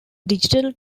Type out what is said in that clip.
digital